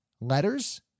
letters